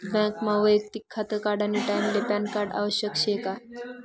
बँकमा वैयक्तिक खातं काढानी टाईमले पॅनकार्ड आवश्यक शे का?